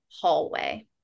hallway